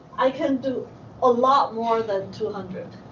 i can do a lot more than two hundred.